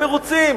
הם מרוצים.